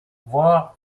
voire